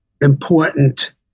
important